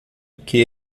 que